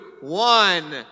one